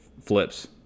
flips